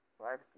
Life's